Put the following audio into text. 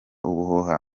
ubuhuha